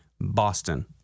Boston